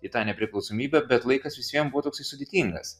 į tą nepriklausomybę bet laikas visvien buvo toksai sudėtingas